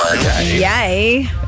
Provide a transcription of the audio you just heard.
Yay